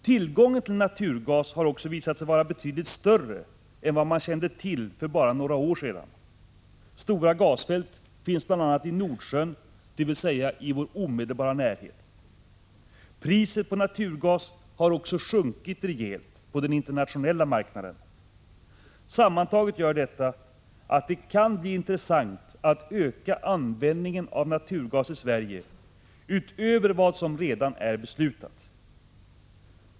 Tillgången på naturgas har också visat sig vara betydligt större än vad man kände till för bara några år sedan. Stora gasfält finns bl.a. i Nordsjön, dvs. i vår omedelbara närhet. Priset på naturgas har också sjunkit rejält på den internationella marknaden. Sammantaget gör detta att det kan bli intressant att öka användningen av naturgas i Sverige utöver vad som redan är beslutat.